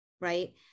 right